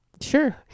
Sure